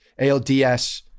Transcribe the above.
ALDS